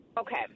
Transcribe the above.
Okay